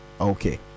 Okay